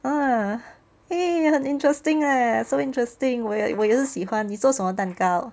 ah eh 很 interesting leh so interesting 我也我也是喜欢你做什么蛋糕